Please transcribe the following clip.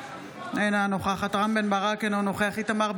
אינה נוכחת רם בן ברק, אינו נוכח